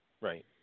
Right